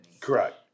Correct